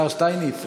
השר שטייניץ,